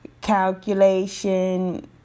calculation